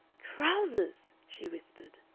trousers! she whispered.